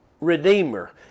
Redeemer